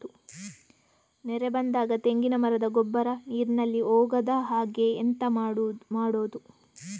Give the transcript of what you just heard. ನೆರೆ ಬಂದಾಗ ತೆಂಗಿನ ಮರದ ಗೊಬ್ಬರ ನೀರಿನಲ್ಲಿ ಹೋಗದ ಹಾಗೆ ಎಂತ ಮಾಡೋದು?